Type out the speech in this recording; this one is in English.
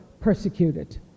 persecuted